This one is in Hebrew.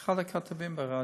אחד הכתבים ברדיו,